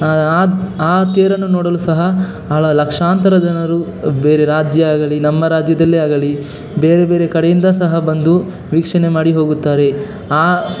ಆ ಆ ಆ ತೇರನ್ನು ನೋಡಲೂ ಸಹ ಲಕ್ಷಾಂತರ ಜನರು ಬೇರೆ ರಾಜ್ಯ ಆಗಲೀ ನಮ್ಮ ರಾಜ್ಯದಲ್ಲೇ ಆಗಲೀ ಬೇರೆ ಬೇರೆ ಕಡೆಯಿಂದ ಸಹ ಬಂದು ವೀಕ್ಷಣೆ ಮಾಡಿ ಹೋಗುತ್ತಾರೆ ಆ